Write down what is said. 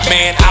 Man